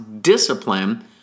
discipline